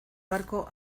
barco